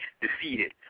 defeated